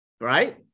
right